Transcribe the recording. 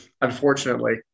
Unfortunately